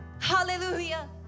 Hallelujah